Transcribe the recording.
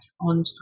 on